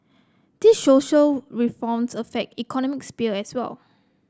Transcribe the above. these social reforms affect economic sphere as well